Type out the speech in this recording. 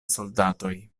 soldatoj